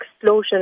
explosion